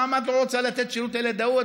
למה את לא רוצה לתת שירות לילד ההוא?